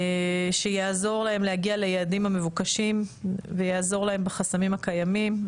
שיעזור להם להגיע ליעדים המבוקשים ויעזור להם בחסמים הקיימים.